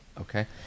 Okay